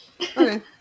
Okay